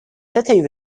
city